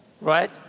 right